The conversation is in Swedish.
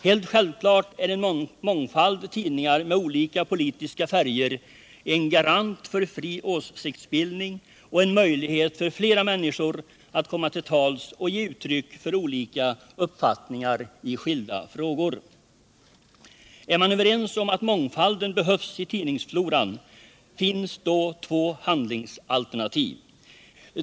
Helt självklart är en mångfald tidningar med olika politiska färger en garanti för fri åsiktsbildning och en möjlighet för flera människor att komma till tals och ge uttryck för olika uppfattningar i skilda frågor. Är man överens om att mångfalden behövs i tidningsfloran, då finns två handlingsalternativ.